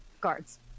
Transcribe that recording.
Guards